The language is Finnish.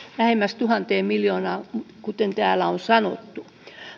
lähemmäs tuhanteen miljoonaan kuten täällä on sanottu